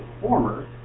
former